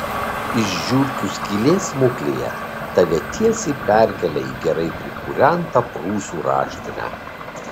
iš žiurkių skylės smuklėje tave tiesiai perkelia į gerai prikūrentą prūsų raštinę